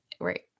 right